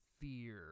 fear